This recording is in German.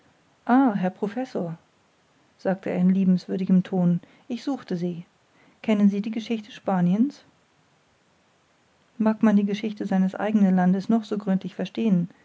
herr professor sagte er in liebenswürdigem ton ich suchte sie kennen sie die geschichte spaniens mag man die geschichte seines eigenen landes noch so gründlich verstehen